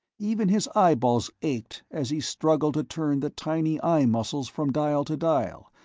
even his eyeballs ached as he struggled to turn the tiny eye muscles from dial to dial,